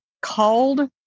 called